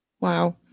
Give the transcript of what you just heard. wow